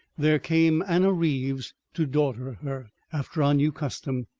there came anna reeves to daughter her after our new custom.